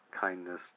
kindness